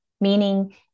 meaning